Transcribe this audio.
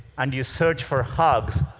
and you search for hugs,